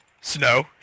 snow